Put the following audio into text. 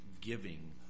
giving